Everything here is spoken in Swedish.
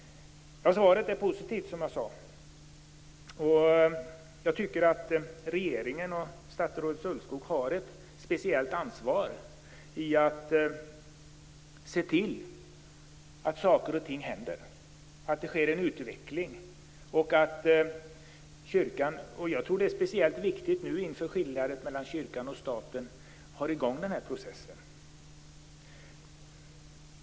Svaret är positivt, som jag sade. Jag tycker att regeringen och statsrådet Ulvskog har ett speciellt ansvar för att se till att saker och ting händer och att det sker en utveckling. Inför skiljandet mellan kyrkan och staten är det speciellt viktigt att man nu sätter i gång den här processen.